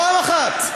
פעם אחת.